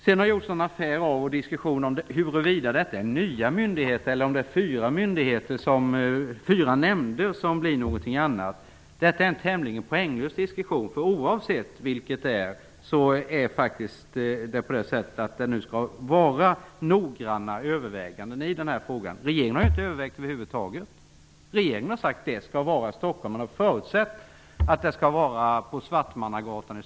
Det har gjorts affär av huruvida det skapas nya myndigheter eller om det är fyra nämnder som blir någonting annat. Detta är en tämligen poänglös diskussion. Oavsett vad som är fallet skall det göras noggranna överväganden i frågan. Regeringen har inte övervägt frågan över huvud taget. Regeringen har sagt att verksamheten skall finnas i Stockholm. Man har förutsatt att den skall finnas på Svartmangatan.